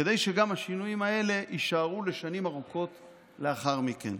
כדי שגם השינויים האלה יישארו לשנים ארוכות לאחר מכן.